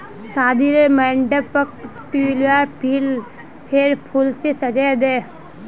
शादीर मंडपक ट्यूलिपेर फूल स सजइ दे